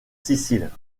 sicile